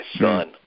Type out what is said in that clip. son